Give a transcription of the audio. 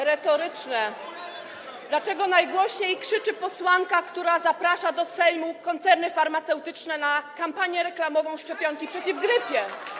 Retoryczne pytanie: Dlaczego najgłośniej krzyczy posłanka, która zaprasza do Sejmu koncerny farmaceutyczne na kampanię reklamową szczepionki przeciw grypie?